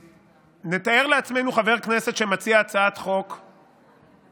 נתאר לעצמנו חבר כנסת שמציע הצעת חוק פרטית,